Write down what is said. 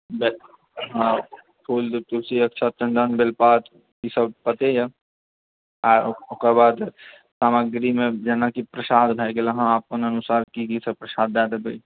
हँ फूल दुभि तुलसी अक्षत चन्दन बेलपत्र ई सब पते यऽ आ ओकरबाद सामग्रीमे जेनाकि प्रसाद भए गेल अहाँ अपना अनुसार की की सब प्रसाद दए देबै